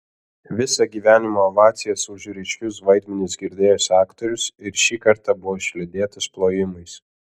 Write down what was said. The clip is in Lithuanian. visą gyvenimą ovacijas už ryškius vaidmenis girdėjęs aktorius ir šį kartą buvo išlydėtas plojimais